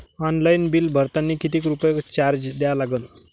Online bill भरतानी कितीक रुपये चार्ज द्या लागन?